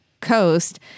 coast